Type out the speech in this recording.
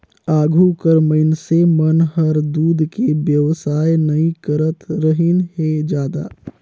आघु कर मइनसे मन हर दूद के बेवसाय नई करतरहिन हें जादा